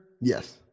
Yes